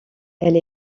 elle